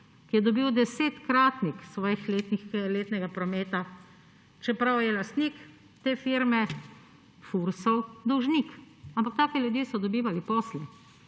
ki je dobil desetkratnik svojega letnega prometa, čeprav je lastnik te firme Fursov dolžnik. Ampak taki ljudje so dobivali posle.